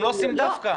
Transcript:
הם לא עושים דווקא.